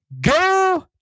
Go